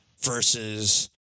versus